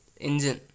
engine